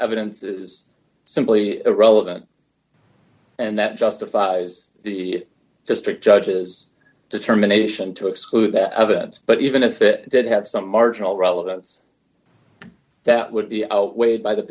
evidence is simply irrelevant and that justifies the district judges determination to exclude that evidence but even if it did have some marginal relevance that would be outweighed by the